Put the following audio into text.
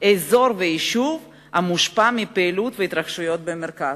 אזור ויישוב המושפע מהפעילות וההתרחשויות במרכז".